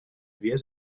vies